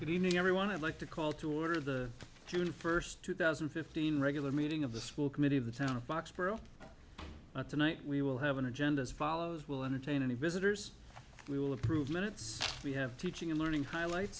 good evening everyone i'd like to call to order the june first two thousand and fifteen regular meeting of the school committee of the town of boxborough tonight we will have an agenda as follows will entertain any visitors we will approve minutes we have teaching and learning highlights